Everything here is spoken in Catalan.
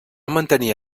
mantenir